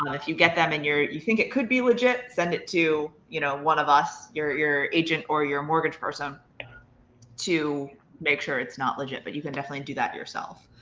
if you get them and you think it could be legit, send it to you know one of us, your your agent or your mortgage person to make sure it's not legit but you can definitely do that yourself.